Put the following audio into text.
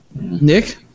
Nick